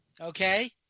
Okay